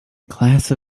glass